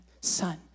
son